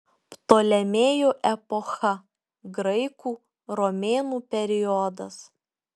ptolemėjų epocha graikų romėnų periodas